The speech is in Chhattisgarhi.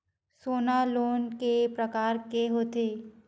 सोना लोन के प्रकार के होथे?